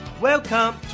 welcome